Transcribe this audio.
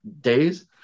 days